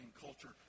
culture